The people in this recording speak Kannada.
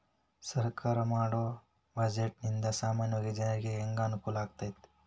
ಸರ್ಕಾರಾ ಮಾಡೊ ಬಡ್ಜೆಟ ನಿಂದಾ ಸಾಮಾನ್ಯ ಜನರಿಗೆ ಹೆಂಗ ಅನುಕೂಲಕ್ಕತಿ?